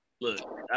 Look